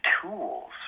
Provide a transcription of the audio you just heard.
tools